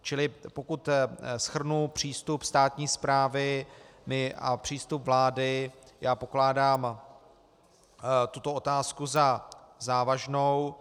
Čili pokud shrnu přístup státní správy a přístup vlády, já podkládám tuto otázku za závažnou.